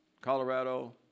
colorado